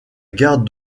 garde